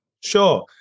Sure